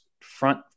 front